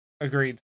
Agreed